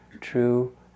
true